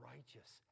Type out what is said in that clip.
Righteous